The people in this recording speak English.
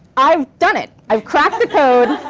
i've done it! i've cracked the code.